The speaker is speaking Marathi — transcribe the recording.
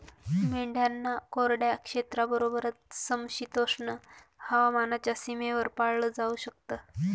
मेंढ्यांना कोरड्या क्षेत्राबरोबरच, समशीतोष्ण हवामानाच्या सीमेवर पाळलं जाऊ शकत